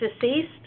deceased